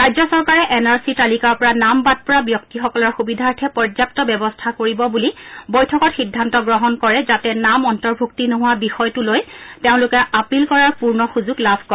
ৰাজ্য চৰকাৰে N R C তালিকাৰ পৰা নাম বাদ পৰা ব্যক্তিসকলৰ সুবিধাৰ্থে পৰ্যাপ্ত ব্যৱস্থা কৰিব বুলি বৈঠকত সিদ্ধান্ত গ্ৰহণ কৰে যাতে নাম অন্তৰ্ভুক্তি নোহোৱা বিষয়টো লৈ তেওঁলোকে আপীল কৰাৰ পূৰ্ণ সুযোগ লাভ কৰে